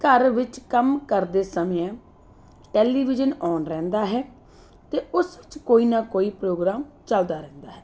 ਘਰ ਵਿੱਚ ਕੰਮ ਕਰਦੇ ਸਮੇਂ ਟੈਲੀਵਿਜ਼ਨ ਅੋਨ ਰਹਿੰਦਾ ਹੈ ਅਤੇ ਉਸ ਵਿੱਚ ਕੋਈ ਨਾ ਕੋਈ ਪ੍ਰੋਗਰਾਮ ਚਲਦਾ ਰਹਿੰਦਾ ਹੈ